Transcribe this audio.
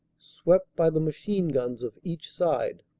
swept by the machine-guns of each side.